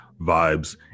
vibes